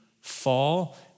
fall